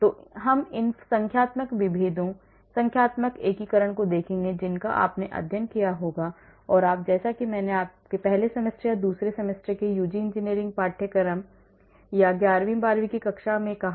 तो हम इन संख्यात्मक विभेदों संख्यात्मक एकीकरण को देखेंगे जिनका आपने अध्ययन किया होगा और आप जैसा कि मैंने पहले सेमेस्टर या दूसरे सेमेस्टर यूजी इंजीनियरिंग पाठ्यक्रम या ग्यारहवीं और बारहवीं कक्षा में भी कहा है